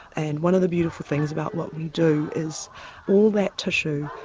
and one of the beautiful things about what we do is all that tissue,